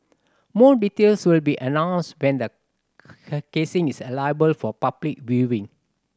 more details will be announced when the casing is for public viewing